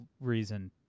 reason